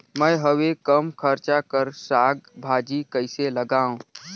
मैं हवे कम खर्च कर साग भाजी कइसे लगाव?